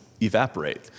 evaporate